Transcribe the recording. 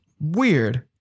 Weird